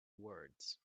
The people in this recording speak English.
words